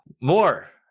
more